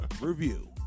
review